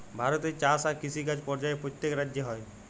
ভারতে চাষ আর কিষিকাজ পর্যায়ে প্যত্তেক রাজ্যে হ্যয়